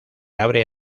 abre